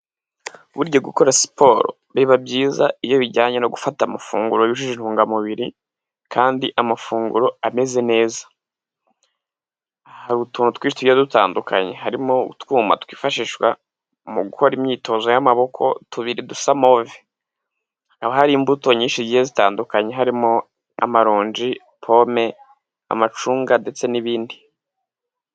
Burya gukora siporo biba byiza iyo bijyanye no gufata amafunguro yujuje intungamubiri kandi amafunguro ameze neza, haba utuntu twinshi tugiye dutandukanye hari utwuma twifashishwa mu gukora imyitozo y'amaboko tubiri dusa move, haba hari imbuto nyinshi zigiye zitandukanye harimo amaronji, pome, amacunga ndetse n'ibindi.